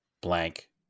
blank